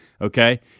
Okay